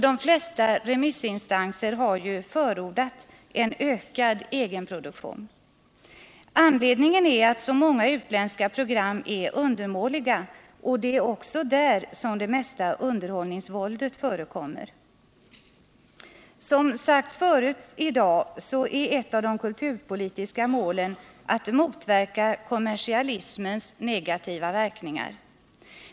De flesta remissinstanser har förordat en ökad egenproduktion. Anledningen är att så många utländska program är undermåliga. Det är också där som det mesta underhållningsvåldet förekommer. Som sagts förut i dag är ett av de kulturpolitiska målen att motverka kommersialismens negativa verkningar.